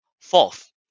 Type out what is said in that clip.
Fourth